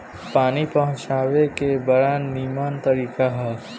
पानी पहुँचावे के बड़ा निमन तरीका हअ